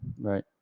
Right